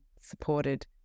supported